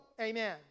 Amen